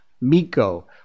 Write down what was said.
Miko